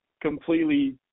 completely